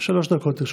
שלוש דקות לרשותך.